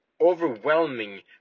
overwhelming